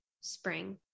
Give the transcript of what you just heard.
spring